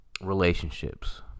relationships